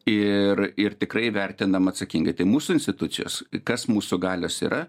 ir ir tikrai vertinam atsakingai tai mūsų institucijos kas mūsų galios yra